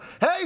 hey